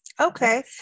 Okay